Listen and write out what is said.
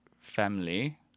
family